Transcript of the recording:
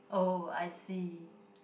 oh I see